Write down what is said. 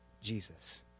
Jesus